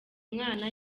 mwana